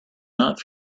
not